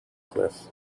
cliff